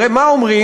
הרי מה אומרים?